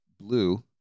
Blue